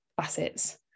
facets